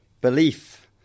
belief